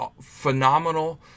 phenomenal